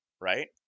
right